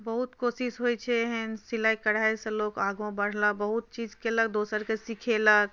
बहुत कोशिश होइत छै एहन सिलाइ कढ़ाइसँ लोक आगाँ बढ़लक बहुत चीज कयलक दोसरके सिखेलक